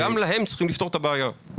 גם להם צריך לפתור את הבעיה.